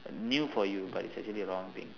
new for you but it's actually wrong thing